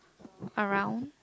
around